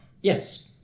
Yes